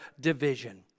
division